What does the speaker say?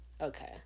Okay